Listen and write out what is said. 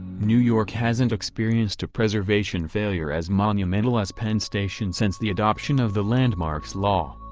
new york hasn't experienced a preservation failure as monumental as penn station since the adoption of the landmarks law.